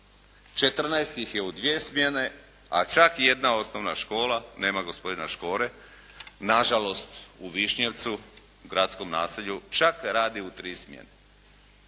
14 ih je u dvije smjene, a čak jedna osnovna škola, nema gospodina Škore, na žalost u Višnjevcu, gradskom naselju čak radi u tri smjene.